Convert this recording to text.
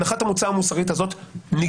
הנחת המוצא המוסרית הזאת נגמרה.